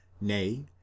Nay